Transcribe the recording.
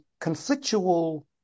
conflictual